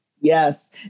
Yes